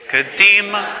Kadima